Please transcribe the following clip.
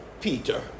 Peter